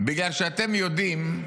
בגלל שאתם יודעים,